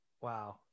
Wow